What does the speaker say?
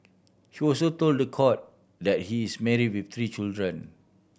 he also told the court that he is marry with three children